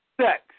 Sex